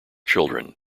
children